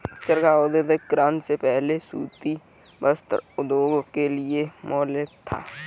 चरखा औद्योगिक क्रांति से पहले सूती वस्त्र उद्योग के लिए मौलिक था